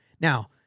Now